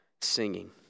singing